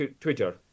Twitter